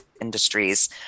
industries